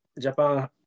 Japan